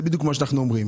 זה בדיוק מה שאנחנו אומרים.